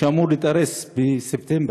שאמור להתארס בספטמבר.